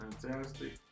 Fantastic